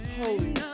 Holy